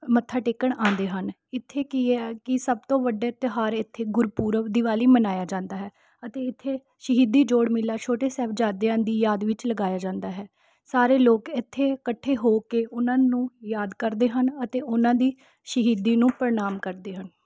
ਮੱਥਾ ਟੇਕਣ ਆਉਂਦੇ ਹਨ ਇੱਥੇ ਕੀ ਹੈ ਕਿ ਸਭ ਤੋਂ ਵੱਡਾ ਤਿਉਹਾਰ ਇੱਥੇ ਗੁਰਪੁਰਬ ਦੀਵਾਲੀ ਮਨਾਇਆ ਜਾਂਦਾ ਹੈ ਅਤੇ ਇੱਥੇ ਸ਼ਹੀਦੀ ਜੋੜ ਮੇਲਾ ਛੋਟੇ ਸਾਹਿਬਜ਼ਾਦਿਆਂ ਦੀ ਯਾਦ ਵਿੱਚ ਲਗਾਇਆ ਜਾਂਦਾ ਹੈ ਸਾਰੇ ਲੋਕ ਇੱਥੇ ਇਕੱਠੇ ਹੋ ਕੇ ਉਨ੍ਹਾਂ ਨੂੰ ਯਾਦ ਕਰਦੇ ਹਨ ਅਤੇ ਉਹਨਾਂ ਦੀ ਸ਼ਹੀਦੀ ਨੂੰ ਪ੍ਰਣਾਮ ਕਰਦੇ ਹਨ